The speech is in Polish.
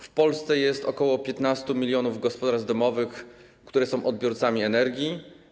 W Polsce jest ok. 15 mln gospodarstw domowych, które są odbiorcami energii.